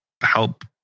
help